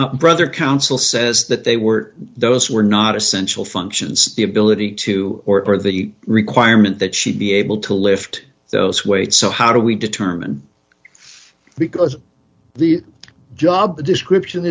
council brother council says that they were those were not essential functions the ability to or for the requirement that she be able to lift those weights so how do we determine because the job description